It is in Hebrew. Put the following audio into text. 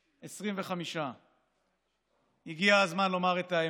25. הגיע הזמן לומר את האמת,